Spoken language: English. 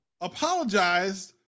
apologized